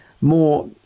more